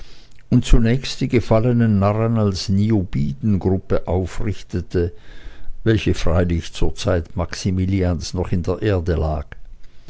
und zunächst die gefallenen narren als niobidengruppe aufrichtete welche freilich zur zeit maximilians noch in der erde lag